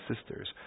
sisters